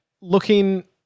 looking